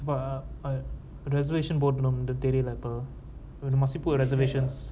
but uh uh reservation போடுறது உண்டு தெரியாதப்பா:podrathu undu theriyathappa must we book a reservations